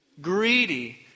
greedy